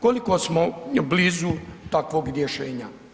Koliko smo blizu takvog rješenja?